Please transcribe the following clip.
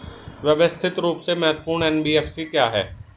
व्यवस्थित रूप से महत्वपूर्ण एन.बी.एफ.सी क्या हैं?